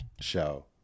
show